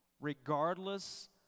regardless